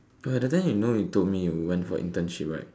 bro at that time you know you went for internship right